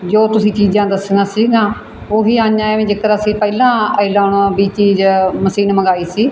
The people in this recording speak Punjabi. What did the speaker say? ਜੋ ਤੁਸੀਂ ਚੀਜ਼ਾਂ ਦੱਸੀਆਂ ਸੀ ਉਹ ਹੀ ਆਈਆਂ ਵੀ ਜੇਕਰ ਅਸੀਂ ਪਹਿਲਾਂ ਆਈਲੋਨ ਵੀ ਚੀਜ਼ ਮਸੀਨ ਮੰਗਵਾਈ ਸੀ